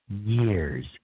years